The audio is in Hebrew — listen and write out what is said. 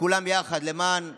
כולם ביחד למען החולים,